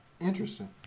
Interesting